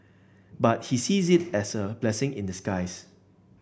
but he sees it as a blessing in disguise